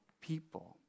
people